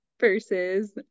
versus